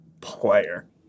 player